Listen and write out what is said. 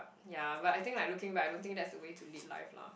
yeah but I think I looking back I don't think there's a way to live life lor